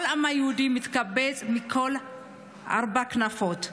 כל העם היהודי מתקבץ מכל ארבע כנפות הארץ.